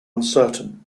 uncertain